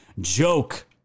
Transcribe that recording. joke